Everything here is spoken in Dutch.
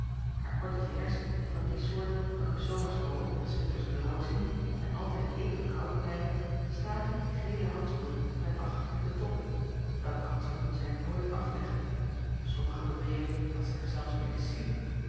haar korte vingers van die soort welke s zomers rood en s winters blaauw zien en altijd even koud blijven staken in gele handschoenen met afgeknipte toppen welke handschoenen zij nooit aflegde sommigen beweren dat zij er zelfs mede sliep